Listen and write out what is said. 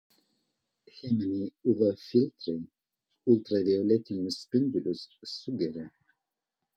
cheminiai uv filtrai ultravioletinius spindulius sugeria